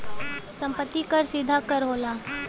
सम्पति कर सीधा कर होला